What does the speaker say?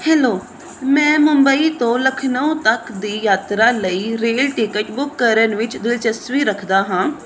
hello ਮੈਂ ਮੁੰਬਈ ਤੋਂ ਲਖਨਊ ਤੱਕ ਦੀ ਯਾਤਰਾ ਲਈ ਰੇਲ ਟਿਕਟ ਬੁੱਕ ਕਰਨ ਵਿੱਚ ਦਿਲਚਸਪੀ ਰੱਖਦਾ ਹਾਂ